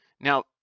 Now